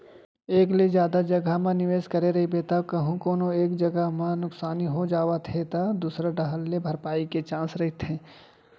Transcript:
एक ले जादा जघा म निवेस करे रहिबे त कहूँ कोनो एक जगा म नुकसानी हो जावत हे त दूसर डाहर ले भरपाई के चांस रहिथे